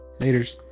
Laters